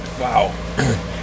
wow